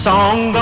Song